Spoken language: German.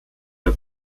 der